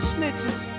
Snitches